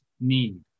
need